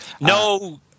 No –